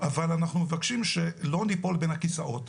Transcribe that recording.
אבל אנחנו מבקשים שלא ניפול בין הכיסאות.